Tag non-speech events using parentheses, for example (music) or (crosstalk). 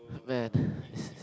man (breath)